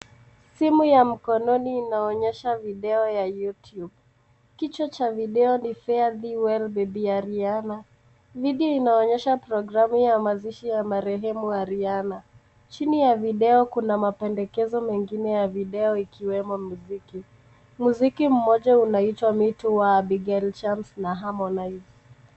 Simu ya mkononi inaonyesha video ya Youtube. Kichwa cha video ni FARE THEE WELL BABY ARIANA . Video inaonyesha programu ya mazishi ya marehemu Ariana. Chini ya video kuna mapendekezo mengine ya video ikiwemo mziki. Mziki mmoja unaitwa me too wa Abigael Chams na Harmonize.